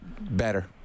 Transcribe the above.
better